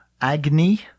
Agni